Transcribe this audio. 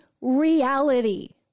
reality